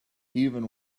even